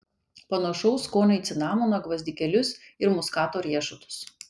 panašaus skonio į cinamoną gvazdikėlius ir muskato riešutus